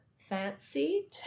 fancy